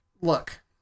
Look